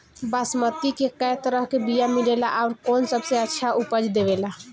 बासमती के कै तरह के बीया मिलेला आउर कौन सबसे अच्छा उपज देवेला?